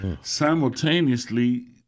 Simultaneously